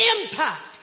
impact